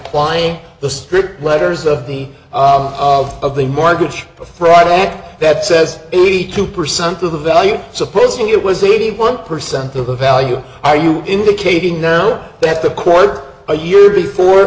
plying the script letters of the of the mortgage fraud act that says eighty two percent of the value supposing it was eighty one percent of the value are you indicating now that the court a year before